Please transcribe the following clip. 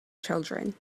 children